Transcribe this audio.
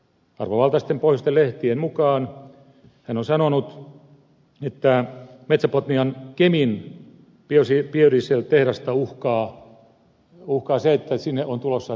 arvovaltaisten pohjoisten lehtien mukaan hän on sanonut että metsä botnian kemin biodieseltehdasta uhkaa se että sinne on tulossa työvoimapula